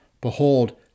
Behold